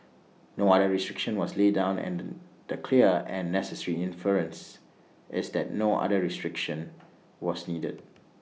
no other restriction was laid down and the the clear and necessary inference is that no other restriction was needed